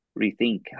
rethink